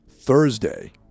Thursday